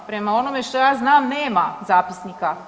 Prema onome što ja znam nema zapisnika.